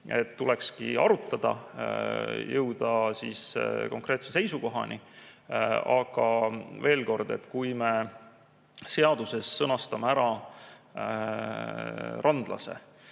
Tulekski arutada, jõuda konkreetse seisukohani. Aga veel kord: kui me seaduses sõnastame ära randlase,